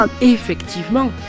Effectivement